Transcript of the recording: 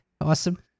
awesome